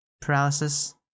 paralysis